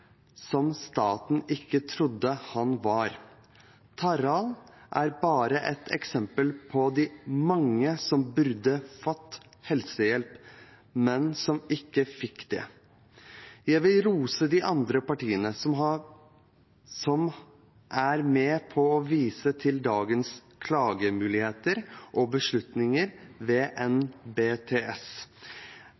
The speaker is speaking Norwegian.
som staten ikke trodde han var. Tarald er bare ett eksempel på de mange som burde fått helsehjelp, men som ikke fikk det. Jeg vil rose de andre partiene som er med på å vise til dagens klagemuligheter på beslutninger ved